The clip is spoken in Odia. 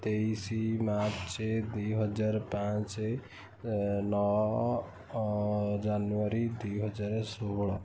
ତେଇଶି ମାର୍ଚ୍ଚ ଦୁଇ ହଜାର ପାଞ୍ଚ ନଅ ଜାନୁଆରୀ ଦୁଇ ହଜାର ଷୋହଳ